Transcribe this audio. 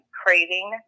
craving